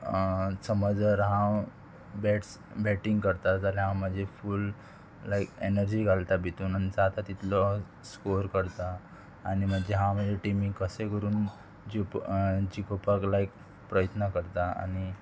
समज जर हांव बॅट्स बॅटींग करता जाल्यार हांव म्हजी फूल लायक एनर्जी घालता भितून आनी जाता तितलो स्कोर करता आनी म्हणजे हांव म्हज्या टिमीक कशें करून जिख जिखोवपाक लायक प्रयत्न करता आनी